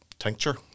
tincture